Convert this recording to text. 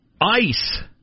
ICE-